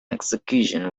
execution